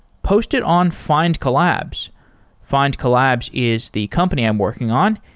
post it on find collabs. find collabs is the company i'm working on.